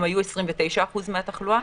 הם היו 29% מהתחלואה.